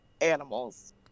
animals